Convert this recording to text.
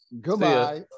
Goodbye